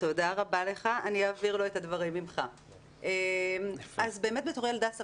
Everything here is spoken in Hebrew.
השרה לקידום ולחיזוק קהילתי אורלי לוי אבקסיס: תודה רבה לך.